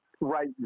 right